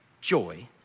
joy